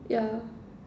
yeah